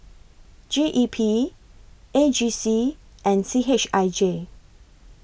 G E P A G C and C H I J